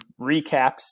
recaps